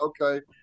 okay